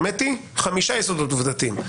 האמת, חמישה יסודות עובדתיים.